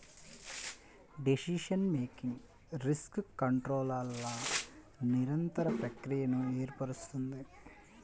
decision making risk కంట్రోల్ల నిరంతర ప్రక్రియను ఏర్పరుస్తుంది